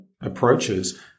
approaches